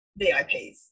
vips